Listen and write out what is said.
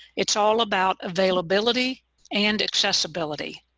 it's all about availability and accessibility.